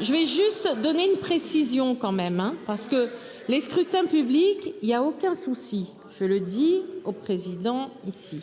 Je vais juste donner une précision quand même hein parce que les scrutins publics il y a aucun souci, je le dis au président ici.